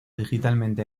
digitalmente